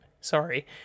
Sorry